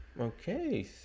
Okay